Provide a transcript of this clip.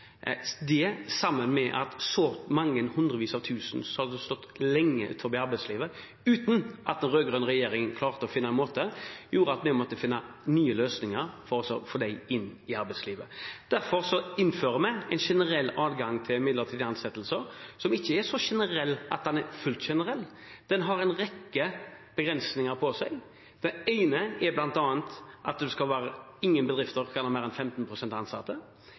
Dette, sammen med at så mange hundrevis av tusener hadde stått lenge utenfor arbeidslivet – uten at den rød-grønne regjeringen klarte å finne en måte – gjorde at vi måtte finne nye løsninger for å få disse inn i arbeidslivet. Derfor innfører vi en generell adgang til midlertidige ansettelser, som ikke er så generell at den fullt ut er generell. Den har en rekke begrensninger ved seg. Det ene er bl.a. at ingen bedrifter kan ha flere enn 15 pst. midlertidig ansatte.